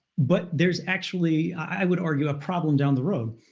but there is actually, i would argue, a problem down the road,